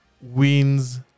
wins